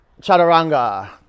chaturanga